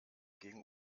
gegen